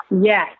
Yes